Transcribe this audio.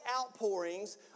outpourings